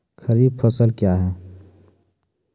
खरीफ फसल क्या हैं?